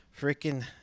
Freaking